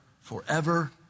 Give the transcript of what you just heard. forever